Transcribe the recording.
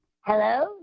Hello